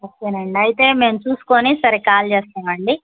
okay అండి అయితే మేము చూసుకుని సరే కాల్ చేస్తాం అండి